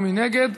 מי נגד?